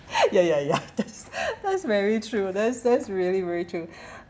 ya ya ya that's that's very true that's that's very very true